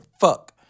fuck